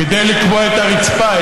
כדי לקבוע את הרצפה,